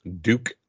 Duke